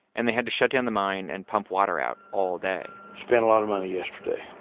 and they had to shut down the mine and pump water out all day spent a lot of money yesterday.